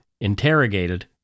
Interrogated